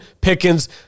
Pickens